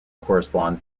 corresponds